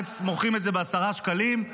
בארץ מוכרים את זה בעשרה שקלים.